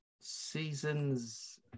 seasons